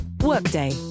Workday